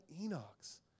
Enoch's